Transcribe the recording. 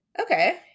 Okay